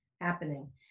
happening